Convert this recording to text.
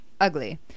Ugly